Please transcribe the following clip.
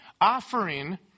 offering